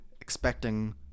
expecting